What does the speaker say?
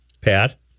Pat